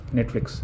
Netflix